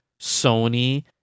Sony